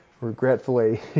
regretfully